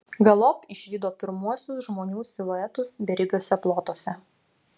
galop išvydo pirmuosius žmonių siluetus beribiuose plotuose